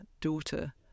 daughter